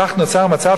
כך נוצר מצב,